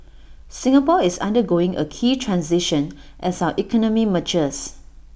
Singapore is undergoing A key transition as our economy matures